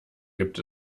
gibt